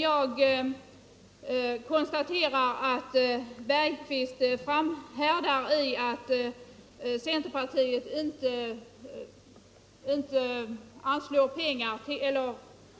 Jag konstaterar att herr Bergqvist framhärdar i sitt tal om att centerpartiet inte